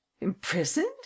imprisoned